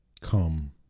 come